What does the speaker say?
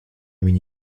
viņi